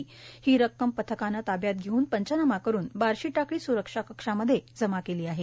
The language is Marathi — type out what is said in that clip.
सदरची रक्कम पथकानं ताब्यात घेऊन पंचनामा करून रक्कम बार्शीटाकळी स्रक्षा कक्षामध्ये जमा केली आहे